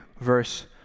verse